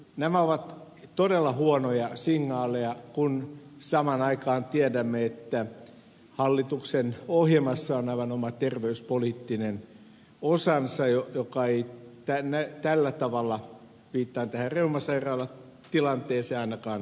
nämä ovat todella huonoja signaaleja kun samaan aikaan tiedämme että hallituksen ohjelmassa on aivan oma terveyspoliittinen osansa joka ei tällä tavalla viittaan tähän reuman sairaalan tilanteeseen ainakaan toteudu